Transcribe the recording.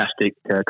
fantastic